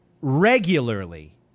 regularly